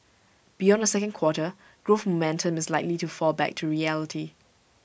beyond the second quarter growth momentum is likely to fall back to reality